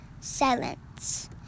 Silence